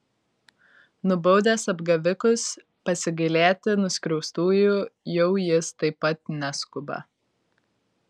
nubaudęs apgavikus pasigailėti nuskriaustųjų jau jis taip pat neskuba